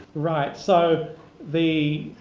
right, so the